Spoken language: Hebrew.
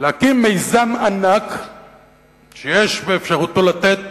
להקים מיזם ענק שיש באפשרותו לתת